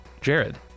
Jared